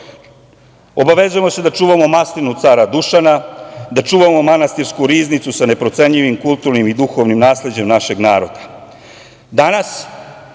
smo se da čuvamo maslinu cara Dušana, da čuvamo manastirsku riznicu za neprocenljivim kulturnim i duhovnim nasleđem našeg naroda. Danas